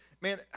man